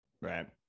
Right